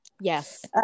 Yes